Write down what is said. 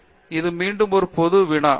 சக்ரவர்த்தி இது மீண்டும் ஒரு பொது வினா